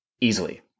easily